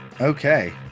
Okay